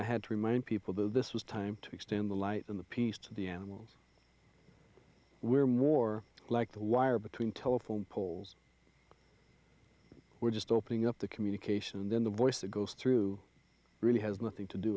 i had to remind people that this was time to extend the light in the piece to the animals we're more like the wire between telephone poles we're just opening up the communication and then the voice that goes through really has nothing to do